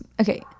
okay